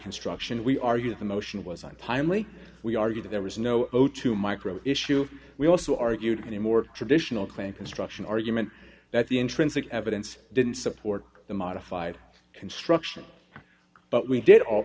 construction we argue the motion wasn't pylea we argue that there was no zero to micro issue we also argued a more traditional claim construction argument that the intrinsic evidence didn't support the modified construction but we did al